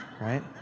Right